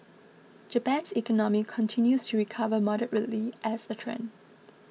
Japan's economy continues to recover moderately as a trend